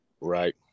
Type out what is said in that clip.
right